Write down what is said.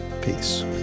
peace